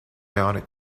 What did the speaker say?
ionic